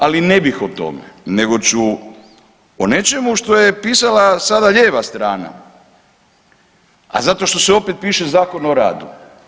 Ali, ne bih o tome, nego ću o nečemu što je pisala sada lijeva strana, a zato što se opet piše Zakon o radu.